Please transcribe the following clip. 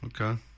Okay